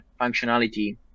functionality